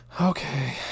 okay